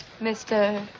Mr